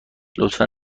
لطفا